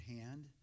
hand